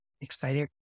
Excited